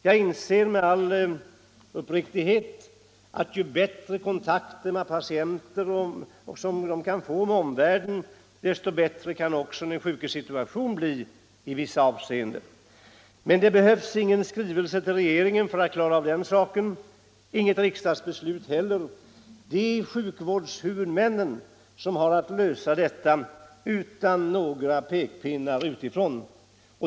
Jag är alldeles uppriktig när jag säger att jag anser att ju bättre kontakter patienterna kan få med omvärlden, desto bättre kan också den sjukes situation bli i vissa hänseenden. Men det behövs ingen skrivelse till regeringen för att klara den saken och inget riksdagsbeslut heller. Det är sjukvårdshuvudmännen som har att lösa detta utan några pekpinnar utifrån.